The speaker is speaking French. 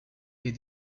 est